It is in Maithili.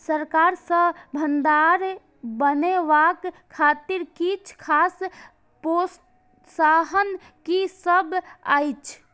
सरकार सँ भण्डार बनेवाक खातिर किछ खास प्रोत्साहन कि सब अइछ?